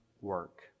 work